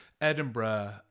Edinburgh